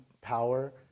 power